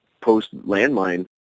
post-landmine